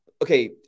Okay